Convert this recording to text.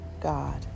God